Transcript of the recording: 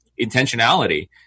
intentionality